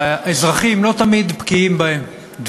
שהאזרחים לא תמיד בקיאים בהם,